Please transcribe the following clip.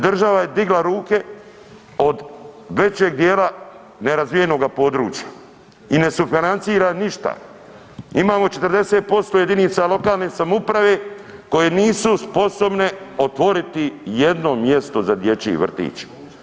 Država je digla ruke od većeg dijela nerazvijenoga područja i ne sufinancira ništa, imamo 40% jedinica lokalne samouprave koje nisu sposobne otvoriti jedno mjesto za dječji vrtić.